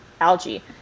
algae